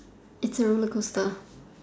it's a rollercoaster